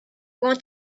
want